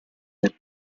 del